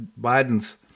Biden's